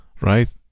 right